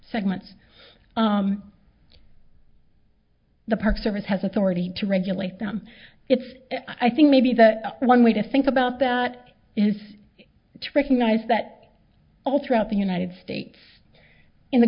segments the park service has authority to regulate them it's i think maybe the one way to think about that is tricking guys that all throughout the united states in the